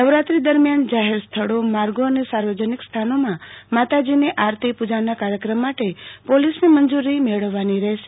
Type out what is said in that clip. નવરાત્રી દરમિયાન જાહેર સ્થળો માર્ગો અને સાર્વજનિક સ્થાનોમાં માતાજીની આરતી પૂજાના કાર્યક્રમ માટે પોલીસની મંજૂરી મેળવવાની રહેશે